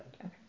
Okay